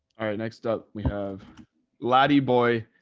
all right. next up, we have lottie boy,